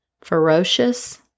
ferocious